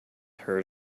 hurt